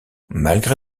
malgré